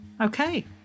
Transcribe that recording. okay